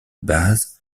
base